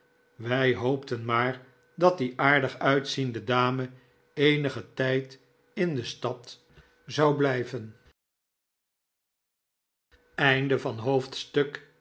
wij hoopten maar dat die aardig uitziende dame eenigen tijd in de stad zou blijven